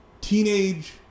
teenage